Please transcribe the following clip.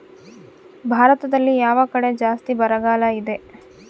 ಭಾರತದಲ್ಲಿ ಯಾವ ಕಡೆ ಜಾಸ್ತಿ ಬರಗಾಲ ಇದೆ?